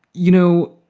you know,